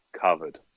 covered